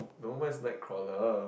no mine is Nightcrawler